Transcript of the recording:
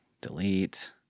delete